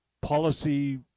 policy